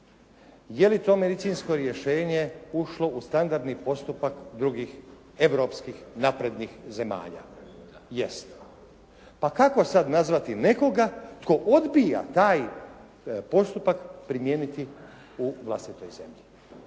Je li to medicinsko rješenje ušlo u standardni postupak drugih europskih naprednih zemalja? Jest. Pa kako sad nazvati nekoga tko odbija taj postupak primijeniti u vlastitoj zemlji?